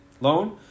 loan